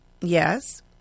Yes